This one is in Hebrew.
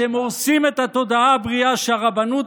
אתם הורסים את התודעה הבריאה שהרבנות